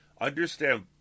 Understand